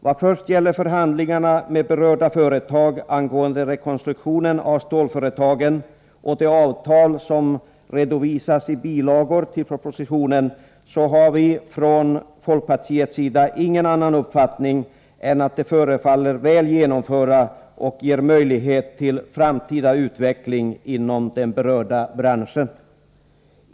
Vad först gäller förhandlingarna med berörda företag angående rekonstruktionen av stålföretagen och de avtal som redovisas i bilagor till propositionen har vi från folkpartiets sida ingen annan uppfattning än att de förefaller väl genomförda och ger möjlighet till framtida utveckling inom den berörda branschen.